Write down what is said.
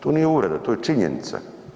To nije uvreda, to je činjenica.